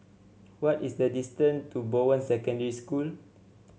what is the distance to Bowen Secondary School